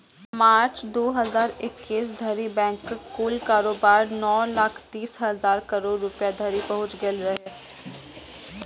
मार्च, दू हजार इकैस धरि बैंकक कुल कारोबार नौ लाख तीस हजार करोड़ रुपैया धरि पहुंच गेल रहै